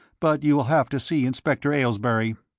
but you will have to see inspector aylesbury.